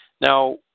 Now